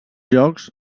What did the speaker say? llocs